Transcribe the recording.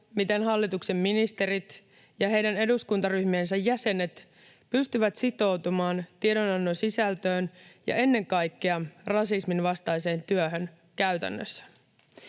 miten hallituksen ministerit ja heidän eduskuntaryhmiensä jäsenet pystyvät sitoutumaan tiedonannon sisältöön ja ennen kaikkea rasismin vastaiseen työhön käytännössä.